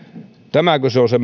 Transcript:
tämäkö on se